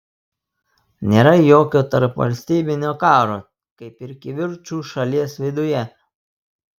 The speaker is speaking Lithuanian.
nėra jokio tarpvalstybinio karo kaip ir kivirčų šalies viduje